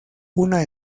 una